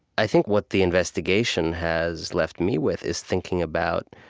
i think what the investigation has left me with is thinking about,